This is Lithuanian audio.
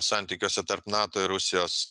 santykiuose tarp nato ir rusijos